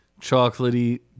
chocolatey